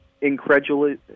incredulous